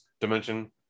dimension